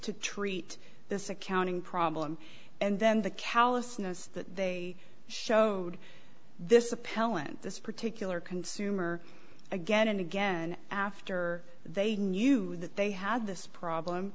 to treat this accounting problem and then the callousness that they showed this appellant this particular consumer again and again after they knew that they had this problem